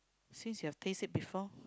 since you have taste it before